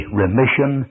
remission